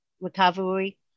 recovery